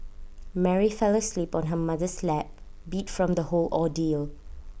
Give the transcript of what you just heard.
Mary fell asleep on her mother's lap beat from the whole ordeal